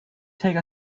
take